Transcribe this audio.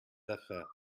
affaires